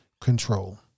control